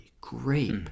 grape